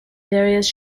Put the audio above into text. various